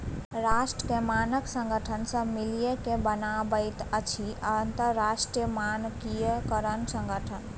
राष्ट्रक मानक संगठन सभ मिलिकए बनाबैत अछि अंतरराष्ट्रीय मानकीकरण संगठन